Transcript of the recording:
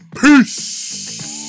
peace